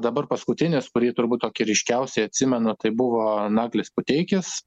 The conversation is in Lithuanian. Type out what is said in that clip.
dabar paskutinis kurį turbūt tokį ryškiausiai atsimenu tai buvo naglis puteikis